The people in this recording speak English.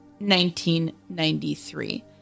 1993